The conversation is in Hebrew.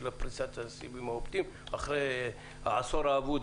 פריסת הסיבים האופטיים אחרי העשור האבוד,